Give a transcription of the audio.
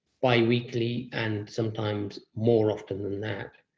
bi-weekly, and sometimes more often than that.